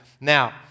Now